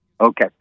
Okay